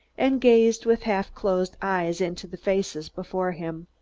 and gazed with half-closed eyes into the faces before him.